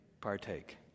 partake